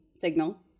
signal